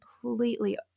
completely